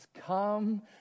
come